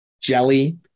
jelly